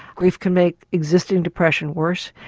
grief can make existing depression worse.